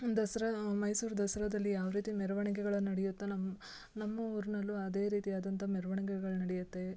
ದಸರಾ ಮೈಸೂರು ದಸರಾದಲ್ಲಿ ಯಾವ ರೀತಿ ಮೆರವಣಿಗೆಗಳು ನಡೆಯುತ್ತೊ ನಮ್ಮ ನಮ್ಮೂರಿನಲ್ಲೂ ಅದೇ ರೀತಿ ಆದಂಥ ಮೆರವಣಿಗೆಗಳು ನಡೆಯತ್ತೆ